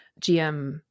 GM